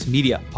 Media